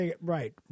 Right